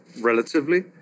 relatively